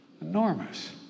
Enormous